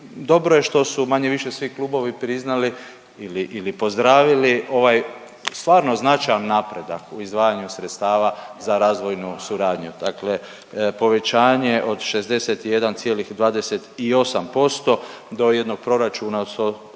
dobro je što su manje-više svi klubovi priznali ili, ili pozdravili ovaj stvarno značajan napredak u izdvajanju sredstava za razvoju suradnju. Dakle, povećanje od 61,28% do jednog proračuna od